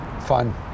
fun